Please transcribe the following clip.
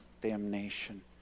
damnation